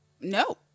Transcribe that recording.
No